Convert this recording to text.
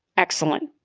excellent.